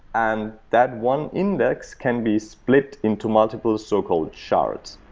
and that one index can be split into multiple so-called shards.